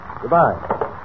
Goodbye